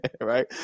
Right